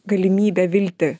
galimybę viltį